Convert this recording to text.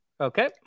okay